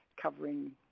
covering